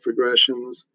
regressions